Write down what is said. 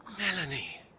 melanie